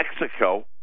Mexico